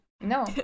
no